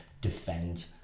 defend